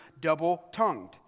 double-tongued